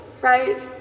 right